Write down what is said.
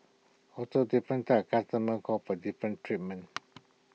also different types customers call for different treatments